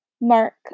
Mark